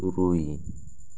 ᱛᱩᱨᱩᱭ